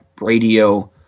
radio